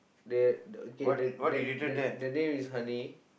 the the okay the the the the name is honey